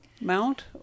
mount